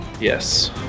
Yes